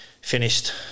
Finished